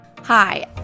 Hi